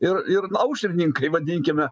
ir ir aušrininkai vadinkime